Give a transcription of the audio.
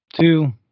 two